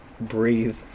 breathe